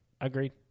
Agreed